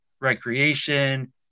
recreation